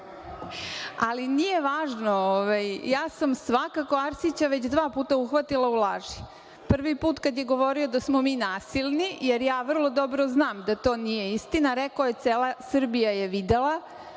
nije važno. Ja sam svakako Arsića već dva puta uhvatila u laži. Prvi put kad je govorio da smo mi nasilni, jer ja vrlo dobro znam da to nije istine. Rekao je, cela Srbija je videla.